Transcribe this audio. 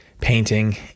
painting